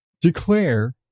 declare